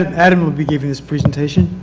and adam will be giving this presentation.